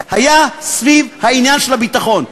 היה סביב העניין של הביטחון.